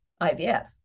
IVF